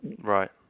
Right